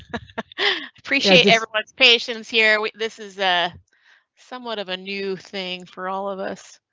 appreciate everyone's patience here. this is a somewhat of a new thing for all of us.